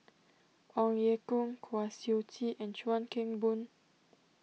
Ong Ye Kung Kwa Siew Tee and Chuan Keng Boon